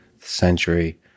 century